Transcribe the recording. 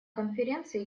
конференции